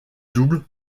double